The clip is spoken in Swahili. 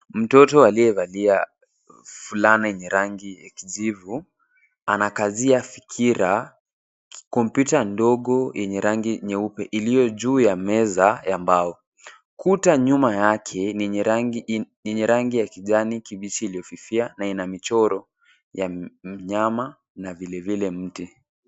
Mtoto aliyevalia fulana yenye rangi ya kijivu anakazia fikira kompyuta ndogo yenye rangi nyeupe iliyo juu ya meza ya mbao. Kuta nyuma yake yenye rangi ya kijani kibichi iliyofifia na ina michoro ya mnyama na vilevile mti.